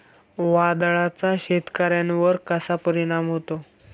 वादळाचा शेतकऱ्यांवर कसा परिणाम होतो?